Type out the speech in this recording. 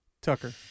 Tucker